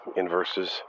inverses